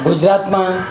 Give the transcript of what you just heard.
ગુજરાતમાં